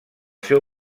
seu